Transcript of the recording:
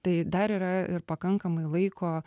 tai dar yra ir pakankamai laiko